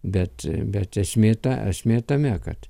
bet bet esmė ta esmė tame kad